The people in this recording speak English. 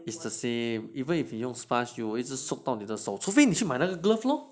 it's the same even if 你用 sponge 除非你去买那个 glove lor